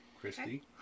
Christy